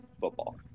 football